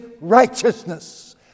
righteousness